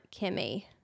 Kimmy